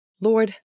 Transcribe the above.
Lord